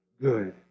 good